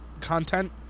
content